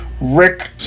Rick